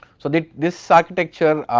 so this this architecture uhh